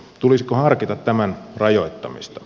tulisiko harkita tämän rajoittamista